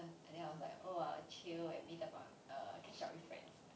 and then I was like oh err chill and meet up and catch up with friends